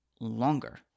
longer